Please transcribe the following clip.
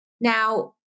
Now